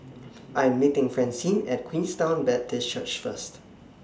I Am meeting Francine At Queenstown Baptist Church First